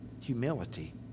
humility